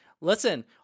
Listen